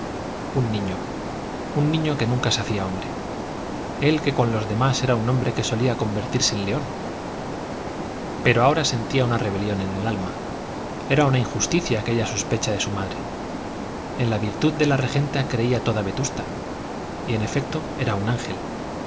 un niño un niño que nunca se hacía hombre él que con los demás era un hombre que solía convertirse en león pero ahora sentía una rebelión en el alma era una injusticia aquella sospecha de su madre en la virtud de la regenta creía toda vetusta y en efecto era un ángel